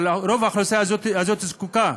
אבל רוב האוכלוסייה הזאת זקוקה.